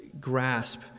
grasp